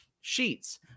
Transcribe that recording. Sheets